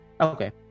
Okay